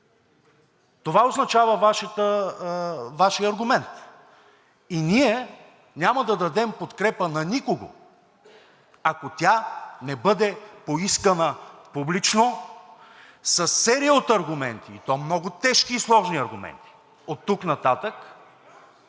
Това означава Вашият аргумент и ние няма да дадем подкрепа на никого, ако тя не бъде поискана публично със серия от аргументи, и то много тежки и сложни аргументи оттук нататък.